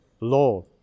law